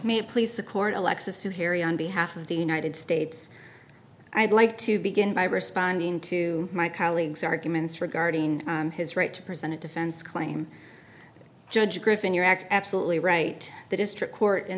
it please the court alexis to harry on behalf of the united states i'd like to begin by responding to my colleagues arguments regarding his right to present a defense claim judge griffin your act absolutely right the district court in